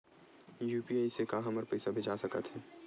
UPI से का हमर पईसा भेजा सकत हे?